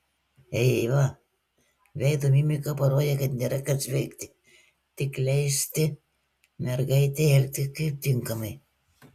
eiva veido mimika parodė kad nėra kas veikti tik leisti mergaitei elgtis kaip tinkamai